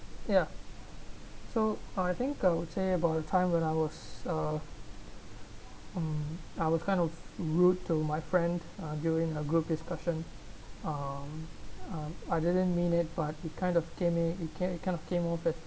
ya so I think I would say about the time when I was uh um I was kind of rude to my friend uh during a group discussion um uh I didn't mean it but he kind of came me he kind of came off as